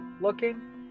looking